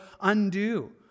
undo